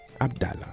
Abdallah